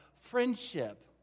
friendship